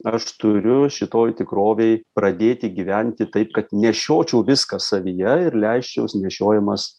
aš turiu šitoj tikrovėj pradėti gyventi taip kad nešiočiau viską savyje ir leisčiaus nešiojamas